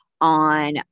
on